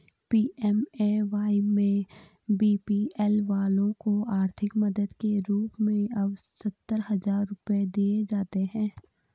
PMAY में BPL वालों को आर्थिक मदद के रूप में अब सत्तर हजार रुपये दिए जाते हैं